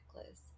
necklace